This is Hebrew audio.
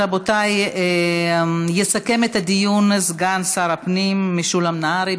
רבותיי, יסכם את הדיון סגן שר הפנים משולם נהרי.